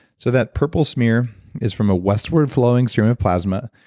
so, that purple smear is from a westward-flowing stream plasma.